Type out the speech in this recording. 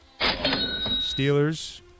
Steelers